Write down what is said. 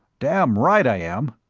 damn right i am.